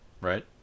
right